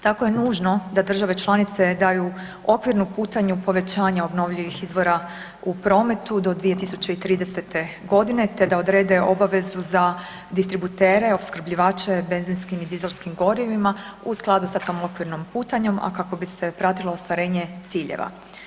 Tako je nužno da države članice daju okvirnu putanju povećanja obnovljivih izbora u prometu do 2030. g. te da odrede obavezu za distributere, opskrbljivače benzinskih i dizelskim gorivima u skladu sa tom okvirnom putanjom, a kako bi se pratilo ostvarenje ciljeva.